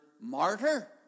martyr